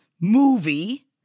movie